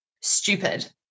stupid